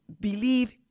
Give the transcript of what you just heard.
believe